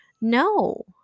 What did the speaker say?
no